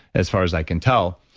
as far as i can tell.